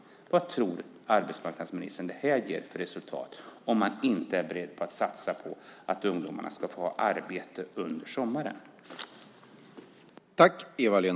Vilka resultat tror alltså arbetsmarknadsministern att det blir om man inte är beredd att satsa på att ungdomarna ska få arbete under sommaren?